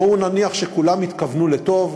בואו נניח שכולם התכוונו לטוב,